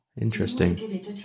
Interesting